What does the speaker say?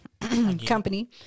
company